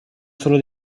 solo